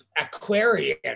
aquarium